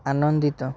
ଆନନ୍ଦିତ